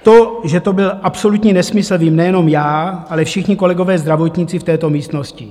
To, že to byl absolutní nesmysl, vím nejenom já, ale všichni kolegové zdravotníci v této místnosti.